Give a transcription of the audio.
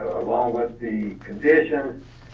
along with the condition,